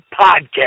Podcast